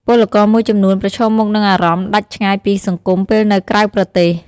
ពលករមួយចំនួនប្រឈមមុខនឹងអារម្មណ៍ដាច់ឆ្ងាយពីសង្គមពេលនៅក្រៅប្រទេស។